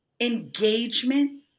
engagement